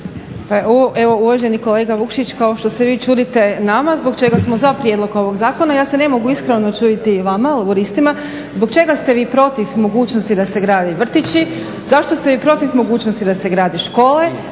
Pa evo uvaženi kolega Vukšić, kao što se vi čudite nama zbog čega smo za prijedlog ovog zakona, ja se ne mogu iskreno načuditi i vama, Laburistima. Zbog čega ste vi protiv mogućnosti da se grade vrtići, zašto ste i protiv mogućnosti da se grade škole,